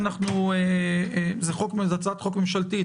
זו הצעת חוק ממשלתית,